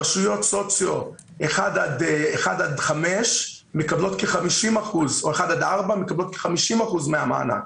רשויות סוציו 1 עד 5 או 1 עד 4 מקבלות כ-50 אחוזים מהמענק.